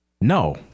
No